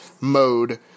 mode